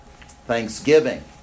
thanksgiving